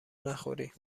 نخوری